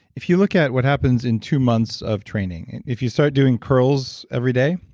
if you look at what happens in two months of training, and if you start doing curls every day,